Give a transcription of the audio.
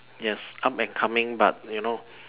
yes up and coming but you know